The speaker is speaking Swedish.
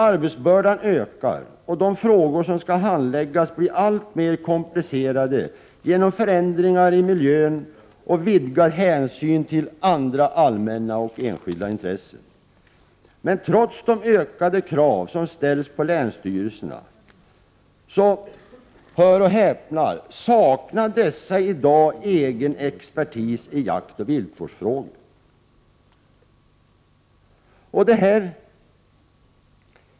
Arbetsbördan ökar, och de frågor som skall handläggas blir alltmer komplicerade genom förändringar i miljön och vidgad hänsyn till andra allmänna och enskilda intressen. Men trots de ökade krav som ställs på länsstyrelserna saknar dessa i dag — hör och häpna! — egen expertis i jaktoch viltvårdsfrågor.